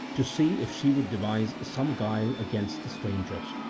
to see if she would devise some guile against the strangers.